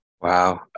Wow